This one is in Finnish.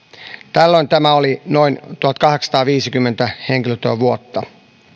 tällöin se oli noin tuhatkahdeksansataaviisikymmentä henkilötyövuotta